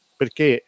perché